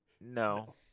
No